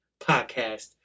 podcast